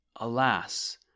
Alas